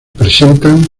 presentan